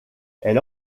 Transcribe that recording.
elle